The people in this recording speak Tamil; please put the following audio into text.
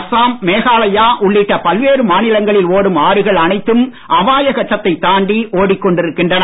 அஸ்ஸாம் மேகாலயா உள்ளிட்ட பல்வேறு மாநிலங்களில் ஓடும் ஆறுகள் அனைத்தும் அபாய கட்டத்தைத் தாண்டி ஓடிக் கொண்டிருக்கின்றன